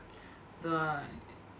don't know lah